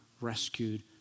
rescued